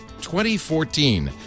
2014